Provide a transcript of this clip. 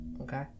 Okay